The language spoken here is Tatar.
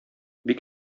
бик